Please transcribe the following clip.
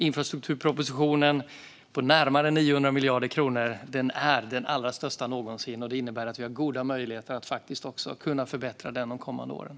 Infrastrukturpropositionen på närmare 900 miljarder kronor är den största någonsin, och det innebär att vi har goda möjligheter att förbättra infrastrukturen de kommande åren.